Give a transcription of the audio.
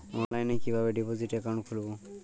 অনলাইনে কিভাবে deposit account খুলবো?